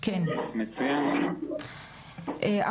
אבל,